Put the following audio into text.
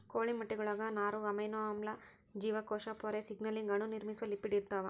ಕೋಳಿ ಮೊಟ್ಟೆಗುಳಾಗ ನಾರು ಅಮೈನೋ ಆಮ್ಲ ಜೀವಕೋಶ ಪೊರೆ ಸಿಗ್ನಲಿಂಗ್ ಅಣು ನಿರ್ಮಿಸುವ ಲಿಪಿಡ್ ಇರ್ತಾವ